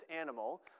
animal